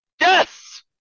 Yes